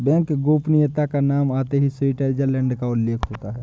bank गोपनीयता का नाम आते ही स्विटजरलैण्ड का उल्लेख होता हैं